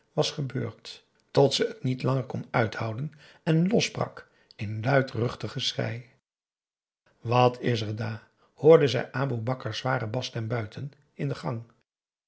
was gebeurd tot ze het niet langer kon uithouden en losbrak in luidruchtig geschrei wat is er dah hoorde zij aboe bakars zware basstem buiten in de gang